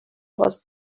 was